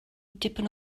dipyn